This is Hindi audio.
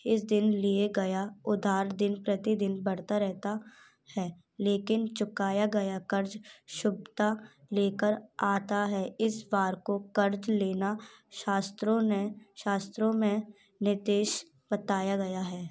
इस दिन लिए गया उधार दिन प्रतिदिन बढ़ता रहता है लेकिन चुकाया गया कर्ज शुभता लेकर आता है इस वार को कर्ज लेना शास्त्रों में शास्त्रों में नितेष बताया गया है